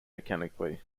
mechanically